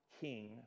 king